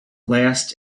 last